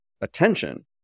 attention